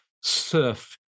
surf